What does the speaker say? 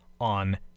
on